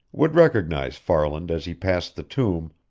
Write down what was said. would recognize farland as he passed the tomb,